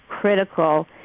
critical